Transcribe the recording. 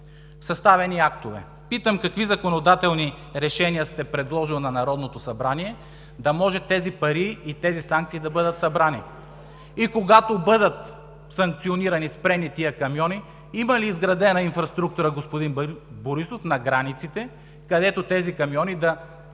съставени актове. Питам: какви законодателни решения сте предложили на Народното събрание – да може тези пари, тези санкции да бъдат събрани? И когато бъдат санкционирани, спрени тези камиони, има ли изградена инфраструктура, господин Борисов, на границите, където те да